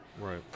Right